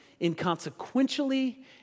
inconsequentially